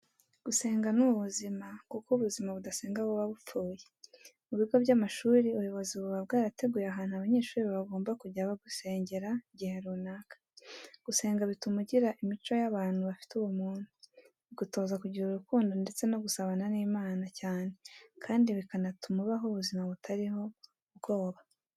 Gusenga ni ubuzima kuko ubuzima budasenga buba bupfuye. Mu bigo by'amashuri ubuyobozi buba bwarateguye ahantu abanyeshuri bagomba kujya gusengera igihe runaka. Gusenga bituma ugira imico y'abantu bafite ubumuntu, bigutoza kugira urukundo ndetse no gusabana n'Imana cyane kandi bikanatuma ubaho ubuzima butarimo ubwoba.